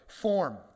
form